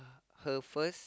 her first